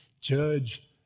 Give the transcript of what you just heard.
judge